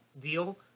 deal